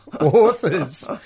authors